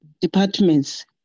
departments